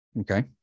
Okay